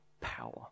power